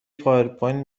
پاورپوینت